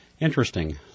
Interesting